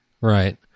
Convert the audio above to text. Right